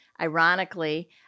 Ironically